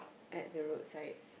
at the roadside